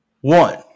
One